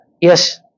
yes